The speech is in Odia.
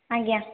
ଆଜ୍ଞା